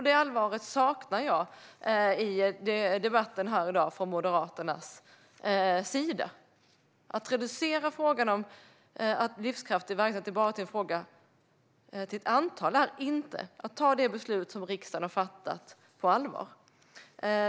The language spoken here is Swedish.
Det allvaret saknar jag från Moderaternas sida i dagens debatt. Att reducera frågan om en livskraftig vargstam till en fråga bara om antal är inte att ta de beslut som riksdagen har fattat på allvar.